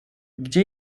gdzie